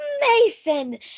Mason